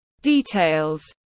details